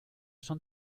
son